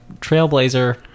trailblazer